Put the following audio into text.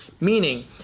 meaning